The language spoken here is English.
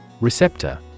Receptor